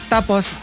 Tapos